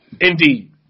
Indeed